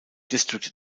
district